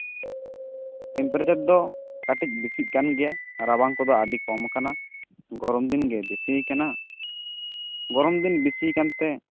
temperature ᱫᱚ ᱠᱟᱹᱴᱤᱡ ᱵᱮᱥᱤᱜ ᱠᱟᱱ ᱜᱮᱭᱟ ᱨᱟᱵᱟᱝ ᱠᱚᱫᱚ ᱟᱹᱰᱤ ᱠᱚᱢ ᱟᱠᱟᱱᱟ ᱜᱚᱨᱚᱢ ᱫᱤᱱ ᱜᱮ ᱵᱮᱥᱤᱭᱟᱠᱟᱱᱟ ᱜᱚᱨᱚᱢ ᱫᱤᱱ ᱵᱮᱥᱤᱭᱟᱠᱟᱱᱛᱮ